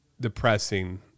depressing